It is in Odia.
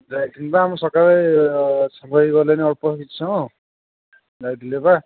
ଯାଇଥିଲି ପା ମୁଁ ସକାଳେ ସାଙ୍ଗ ହେଇକି ଗଲେ ନି ଅଳ୍ପ କିଛି ସମୟ ଯାଇଥିଲି ପା